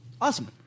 Awesome